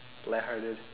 light hearted